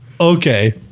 Okay